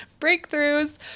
Breakthroughs